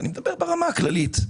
אני מדבר ברמה הכללית.